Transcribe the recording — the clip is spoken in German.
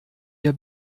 ihr